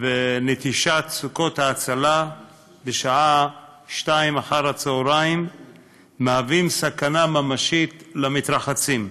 נוקטים ונטישת סוכות ההצלה בשעה 14:00 הם סכנה ממשית למתרחצים.